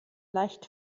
leicht